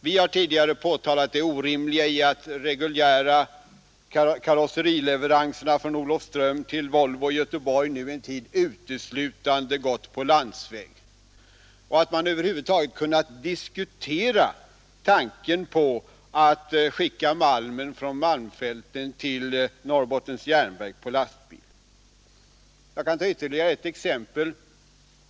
Vi har tidigare påtalat det orimliga i att de reguljära karosserileveranserna från Olofström till Volvo i Göteborg nu en tid uteslutande gått på landsväg och att man över huvud taget kunde överväga att skicka malmen från malm fälten till Norrbottens järnverk på lastbil. Låt mig ta ytterligare ett exempel.